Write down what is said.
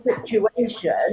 situation